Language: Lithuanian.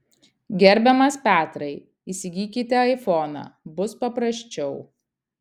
gerbiamas petrai įsigykite aifoną bus paprasčiau